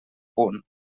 punt